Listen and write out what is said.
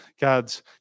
God's